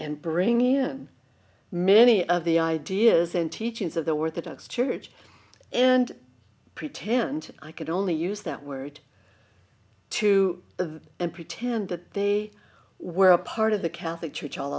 and bring in many of the ideas in teachings of their word that acts church and pretend i could only use that word to the and pretend that they were a part of the catholic church all